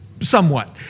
somewhat